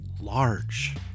large